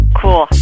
cool